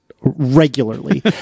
regularly